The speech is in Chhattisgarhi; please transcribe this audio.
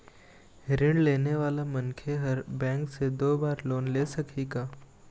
ऋण लेने वाला मनखे हर बैंक से दो बार लोन ले सकही का?